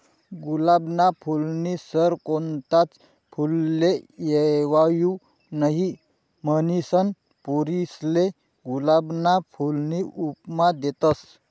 गुलाबना फूलनी सर कोणताच फुलले येवाऊ नहीं, म्हनीसन पोरीसले गुलाबना फूलनी उपमा देतस